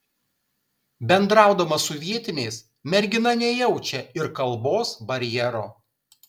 bendraudama su vietiniais mergina nejaučia ir kalbos barjero